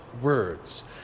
words